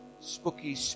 spooky